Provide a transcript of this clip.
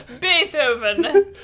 Beethoven